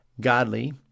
godly